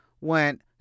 went